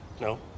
No